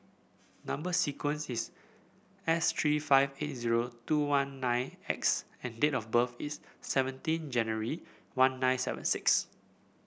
number sequence is S three five eight zero two one nine X and date of birth is seventeen January one nine seven six